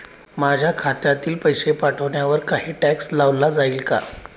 माझ्या खात्यातील पैसे पाठवण्यावर काही टॅक्स लावला जाईल का?